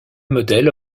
modèle